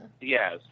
Yes